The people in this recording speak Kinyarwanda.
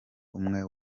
umwe